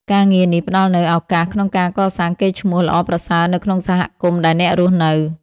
ការងារនេះផ្តល់នូវឱកាសក្នុងការកសាងកេរ្តិ៍ឈ្មោះល្អប្រសើរនៅក្នុងសហគមន៍ដែលអ្នករស់នៅ។